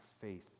faith